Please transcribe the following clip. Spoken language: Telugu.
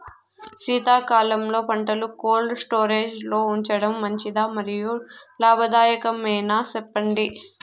శీతాకాలంలో పంటలు కోల్డ్ స్టోరేజ్ లో ఉంచడం మంచిదా? మరియు లాభదాయకమేనా, సెప్పండి